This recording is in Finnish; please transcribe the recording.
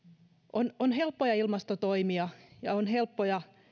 on on helppoja ilmastotoimia ja on helppoja